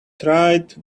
tried